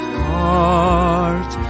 heart